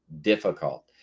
difficult